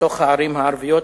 בתוך הערים הערביות,